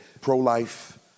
pro-life